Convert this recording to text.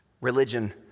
Religion